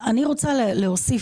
אני רוצה להוסיף.